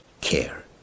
care